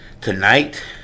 tonight